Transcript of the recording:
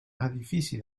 edifici